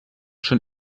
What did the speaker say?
schon